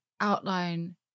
outline